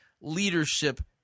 leadership